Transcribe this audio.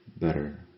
better